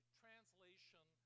translation